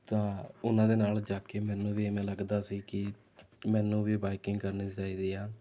ਤਾਂ ਉਹਨਾਂ ਦੇ ਨਾਲ ਜਾ ਕੇ ਮੈਨੂੰ ਵੀ ਇਵੇਂ ਲੱਗਦਾ ਸੀ ਕਿ ਮੈਨੂੰ ਵੀ ਬਾਈਕਿੰਗ ਕਰਨੀ ਚਾਹੀਦੀ ਹੈ